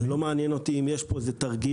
זה לא מעניין אותי אם יש פה איזה תרגיל